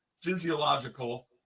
physiological